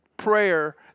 Prayer